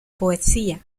poesía